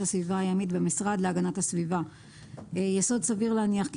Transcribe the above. הסביבה הימית במשרד להגנת הסביבה יסוד סביר להניח כי